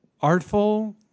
Artful